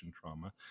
trauma